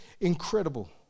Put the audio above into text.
incredible